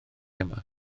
yma